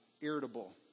irritable